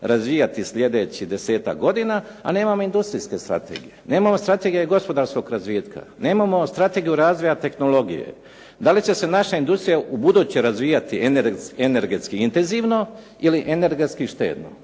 razvijati slijedećih 10-ak godina, a nemamo industrijske strategije. Nemamo strategije gospodarskog razvitka. Nemamo strategije razvoja tehnologije. Da li će se naša industrija ubuduće razvijati energetski intenzivno ili energetski štedno?